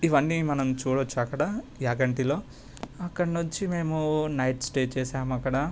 ఇవన్నీ మనం చూడొచ్చక్కడ యాగంటిలో అక్కడి నుంచి మేము నైట్ స్టే చేశాము అక్కడ